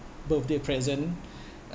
birthday present